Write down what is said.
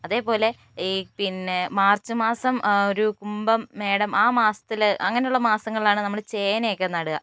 അതേപോലെ ഈ പിന്നെ മാർച്ച് മാസം ഒരു കുംഭം മേടം ആ മാസത്തിൽ അങ്ങനെയുള്ള മാസങ്ങളിലാണ് നമ്മൾ ചേനയൊക്കെ നടുക